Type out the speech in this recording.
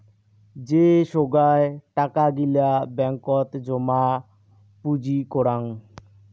যে সোগায় টাকা গিলা ব্যাঙ্কত জমা পুঁজি করাং